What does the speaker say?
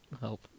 help